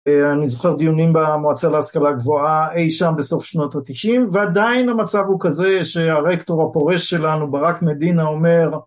אני זוכר דיונים במועצה להשכלה גבוהה אי שם בסוף שנות התשעים, ועדיין המצב הוא כזה שהרקטור הפורש שלנו ברק מדינה אומר,